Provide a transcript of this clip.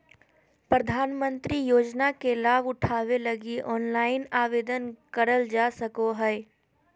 प्रधानमंत्री आवास योजना के लाभ उठावे लगी ऑनलाइन आवेदन करल जा सको हय